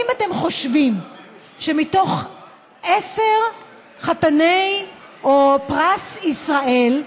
אם אתם חושבים שמתוך עשרה חתני פרס ישראל,